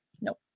nope